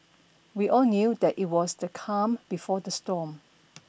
we all knew that it was the calm before the storm